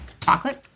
chocolate